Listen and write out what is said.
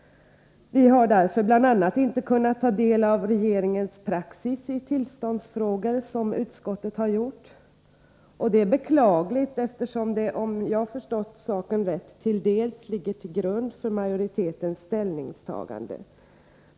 Vi har därför bl.a. inte kunnat informera oss om regeringens praxis i tillståndsfrågor, som utskottet har gjort. Att vi inte kunnat detta är beklagligt, eftersom det om jag förstått saken rätt till dels ligger till grund för majoritetens ställningstagande.